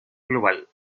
global